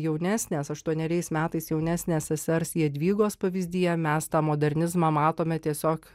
jaunesnės aštuoneriais metais jaunesnės sesers jadvygos pavyzdyje mes tą modernizmą matome tiesiog